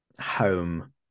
home